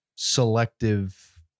selective